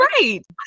right